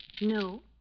No